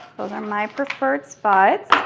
those are my preferred spots.